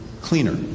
cleaner